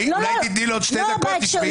אולי תיתני לו עוד שתי דקות ותשמעי את הנקודה.